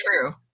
true